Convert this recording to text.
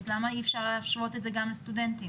למה אי אפשר להשוות את זה גם לסטודנטים?